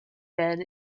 men